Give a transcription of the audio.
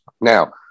Now